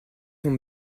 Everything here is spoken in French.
sont